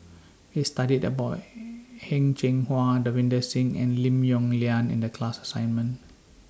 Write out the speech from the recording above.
We studied about Heng Cheng Hwa Davinder Singh and Lim Yong Liang in The class assignment